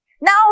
Now